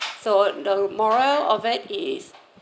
so the moral of it is